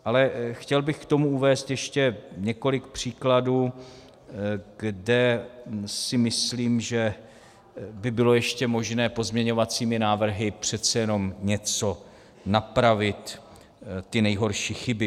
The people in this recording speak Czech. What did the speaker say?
Ale chtěl bych k tomu uvést ještě několik příkladů, kde si myslím, že by bylo ještě možné pozměňovacími návrhy přece jenom něco napravit, ty nejhorší chyby.